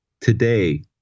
today